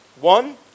One